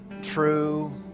true